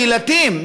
הקהילתיים.